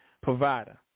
provider